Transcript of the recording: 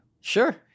Sure